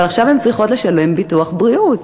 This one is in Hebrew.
אבל עכשיו הן צריכות לשלם ביטוח בריאות.